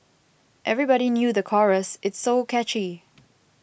everybody knew the chorus it's so catchy